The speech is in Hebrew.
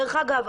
אגב,